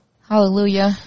Hallelujah